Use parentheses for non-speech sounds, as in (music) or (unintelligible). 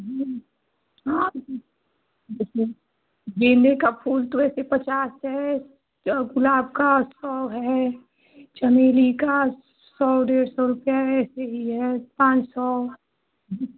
हाँ (unintelligible) गेंदे का फूल तो है के पचास है और गुलाब का सौ है चमेली का सौ डेढ़ सौ रुपया है इसीलिए है पाँच सौ